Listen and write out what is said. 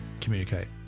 communicate